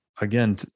again